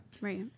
Right